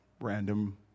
Random